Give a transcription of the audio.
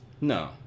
No